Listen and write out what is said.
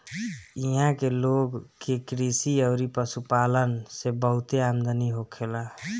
इहां के लोग के कृषि अउरी पशुपालन से बहुते आमदनी होखेला